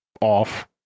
off